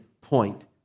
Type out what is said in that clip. point